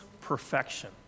perfection